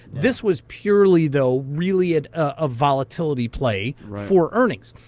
this was purely though really a ah volatility play for earnings.